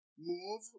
move